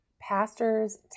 pastors